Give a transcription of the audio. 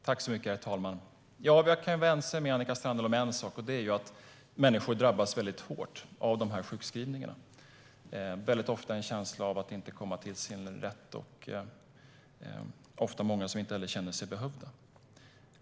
Herr talman! Jag är enig med Annika Strandhäll om en sak, och det är att människor drabbas väldigt hårt av sjukskrivningarna. De känner ofta att de inte kommer till sin rätt och att de inte behövs.